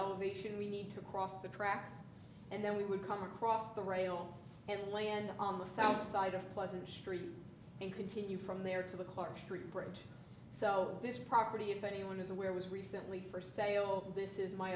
elevation we need to cross the tracks and then we would come across the rail and land on the south side of pleasant street and continue from there to the clark street bridge so this property if anyone is aware was recently for sale this is my